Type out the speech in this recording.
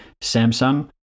Samsung